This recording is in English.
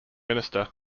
minister